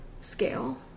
scale